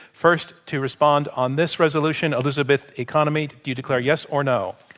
first to respond on this resolution, elizabeth economy. do you declare yes or no?